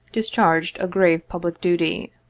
dis charged a grave public duty.